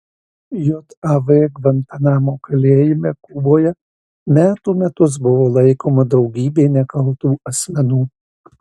jav gvantanamo kalėjime kuboje metų metus buvo laikoma daugybė nekaltų asmenų